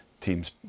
teams